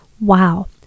Wow